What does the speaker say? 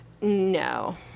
No